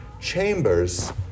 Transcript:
chambers